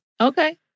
Okay